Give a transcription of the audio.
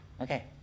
Okay